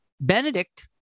Benedict